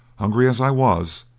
hungry as i was,